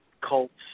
cults